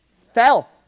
fell